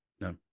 no